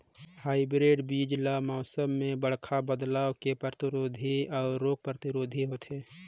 hybrid बीज ल मौसम में बड़खा बदलाव के प्रतिरोधी अऊ रोग प्रतिरोधी भी होथे